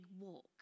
walk